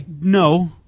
no